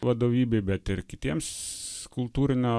vadovybei bet ir kitiems kultūrinio